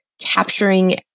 capturing